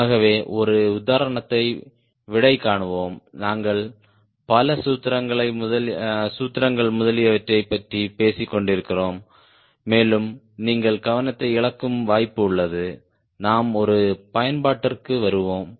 ஆகவே ஒரு உதாரணத்தை விடை காணுவோம் நாங்கள் பல சூத்திரங்கள் முதலியவற்றைப் பற்றிப் பேசிக்கொண்டிருக்கிறோம் மேலும் நீங்கள் கவனத்தை இழக்கும் வாய்ப்பு உள்ளது நாம் ஒரு பயன்பாட்டிற்கு வருவோம்